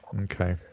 Okay